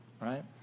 right